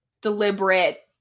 deliberate